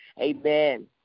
Amen